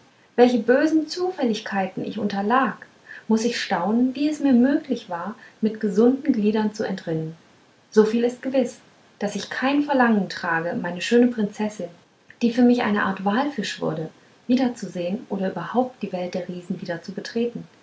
welchen bösen zufälligkeiten ich unterlag muß ich staunen wie es mir möglich war mit gesunden gliedern zu entrinnen so viel ist gewiß daß ich kein verlangen trage meine schöne prinzessin die für mich eine art walfisch wurde wiederzusehen oder überhaupt die welt der riesen wieder zu betreten